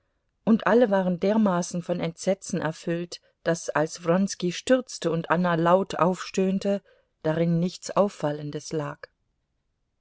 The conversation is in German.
und alle waren dermaßen von entsetzen erfüllt daß als wronski stürzte und anna laut aufstöhnte darin nichts auffallendes lag